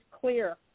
clear